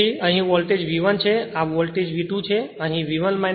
તેથી અહીં કુલ વોલ્ટેજ V1 છે આ V2 છે